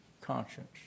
conscience